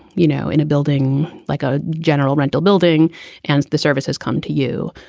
you know, in a building like a general rental building and the services come to you.